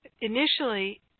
initially